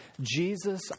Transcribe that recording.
jesus